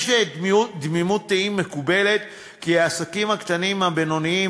יש תמימות דעים מקובלת שהעסקים הקטנים והבינוניים,